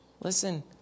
Listen